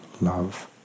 love